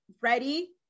ready